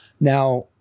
now